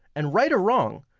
and right or wrong,